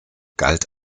galt